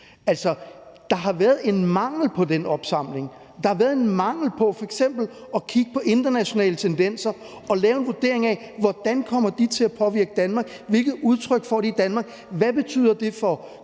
Der har været en mangel på den opsamling; der har været en mangel på f.eks. at kigge på internationale tendenser og lave en vurdering af, hvordan de kommer til at påvirke Danmark, hvilket udtryk de får i Danmark, hvad det betyder for